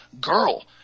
girl